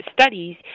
studies